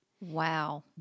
wow